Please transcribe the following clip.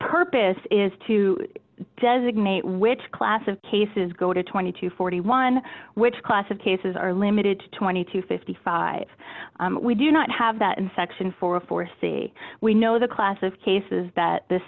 purpose is to designate which class of cases go to twenty to forty one which class of cases are limited to twenty to fifty five we do not have that in section four for say we know the class of cases that the